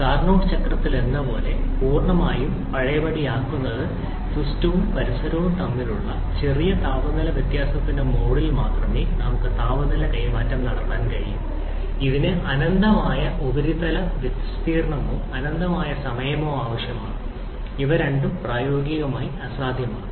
Carnot ചക്രത്തിലെന്നപോലെ പൂർണമായും പഴയപടിയാക്കുന്നത് സിസ്റ്റവും പരിസരവും തമ്മിലുള്ള ചെറിയ താപനില വ്യത്യാസത്തിന്റെ മോഡിൽ മാത്രമേ നമുക്ക് താപ കൈമാറ്റം നടത്താൻ കഴിയൂ ഇതിന് അനന്തമായ ഉപരിതല വിസ്തീർണ്ണമോ അനന്തമായ സമയമോ ആവശ്യമാണ് ഇവ രണ്ടും പ്രായോഗികമായി അസാധ്യമാണ്